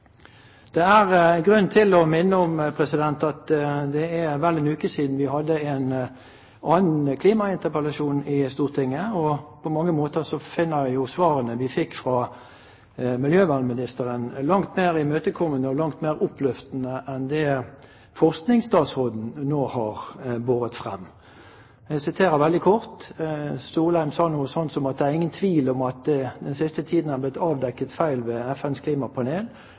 Det er grunn til å minne om at det er vel én uke siden vi stilte spørsmål om dette i muntlig spørretime i Stortinget. På mange måter finner vi svarene vi fikk fra miljøvernministeren, langt mer imøtekommende og oppløftende enn det forskningsstatsråden nå har båret fram. Jeg siterer veldig kort hva Solheim sa: «Det er ingen tvil om at det den siste tid har blitt avdekket feil ved FNs klimapanel.»